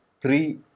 three